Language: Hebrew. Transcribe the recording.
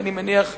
אני מניח,